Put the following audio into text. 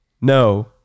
No